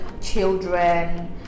children